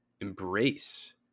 embrace